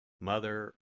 Mother